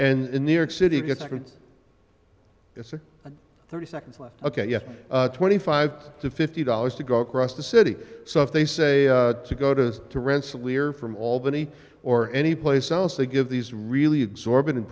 and in new york city it's good it's thirty seconds left ok yes twenty five to fifty dollars to go across the city so if they say to go to to rensselaer from albany or any place else they give these really exorbitant